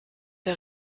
der